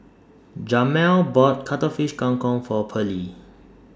Jamel bought Cuttlefish Kang Kong For Pearlie